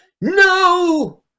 No